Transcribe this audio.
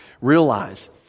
realize